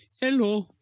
Hello